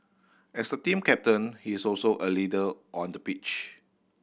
as the team captain he is also a leader on the pitch